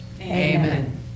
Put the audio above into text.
Amen